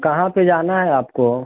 कहाँ पर जाना है आपको